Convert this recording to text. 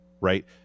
right